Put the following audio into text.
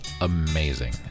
amazing